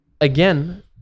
again